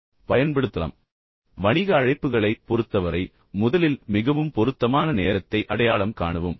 இப்போது வணிக அழைப்புகளைப் பொறுத்தவரை முதலில் மிகவும் பொருத்தமான நேரத்தை அடையாளம் காணவும்